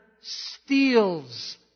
steals